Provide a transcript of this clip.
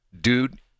dude